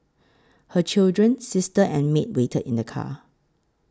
her children sister and maid waited in the car